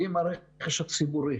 הרכש הציבורי